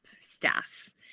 staff